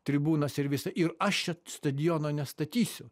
tribūnas ir visa ir aš čia stadiono nestatysiu